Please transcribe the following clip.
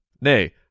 Nay